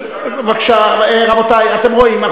בבקשה, רבותי, אתם רואים?